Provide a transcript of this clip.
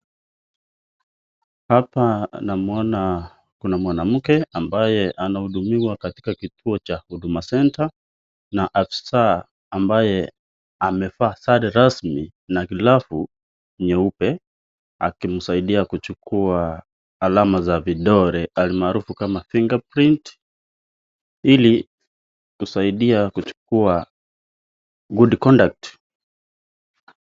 Hapa namwona kuna mwanamke ambaye anahudumiwa katika kituo cha Huduma Centre , na afisa ambaye amevaa sare rasmi na glavu nyeupe, akimsaidia kuchukuwa alama za vidole almaarufu kama fingerprint , ili kusaidia kuchukua good conduct .